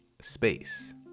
space